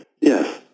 Yes